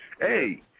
Hey